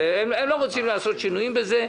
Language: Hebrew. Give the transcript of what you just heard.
הם לא רוצים לעשות בזה שינויים.